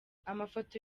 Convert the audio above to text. amafoto